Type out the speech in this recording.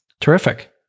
Terrific